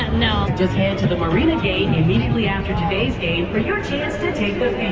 no just hand to the marina gate immediately after today's game for your chance to take the